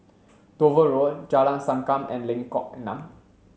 Dover Road Jalan Sankam and Lengkok Enam